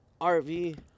RV